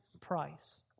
price